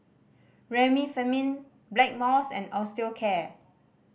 Remifemin Blackmores and Osteocare